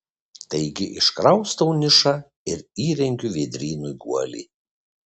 taigi iškraustau nišą ir įrengiu vėdrynui guolį